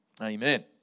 Amen